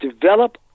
develop